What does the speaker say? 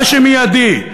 מה שמיידי,